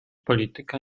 polityka